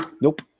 Nope